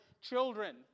children